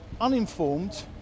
uninformed